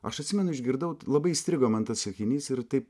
aš atsimenu išgirdau labai įstrigo man tas sakinys ir taip